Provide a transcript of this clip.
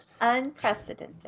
Unprecedented